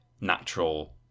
natural